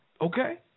okay